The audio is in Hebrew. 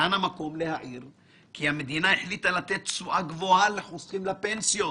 כאן המקום להעיר כי המדינה החליטה לתת תשואה גבוהה לחוסכים לפנסיות.